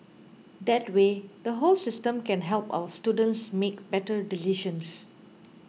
that way the whole system can help our students make better decisions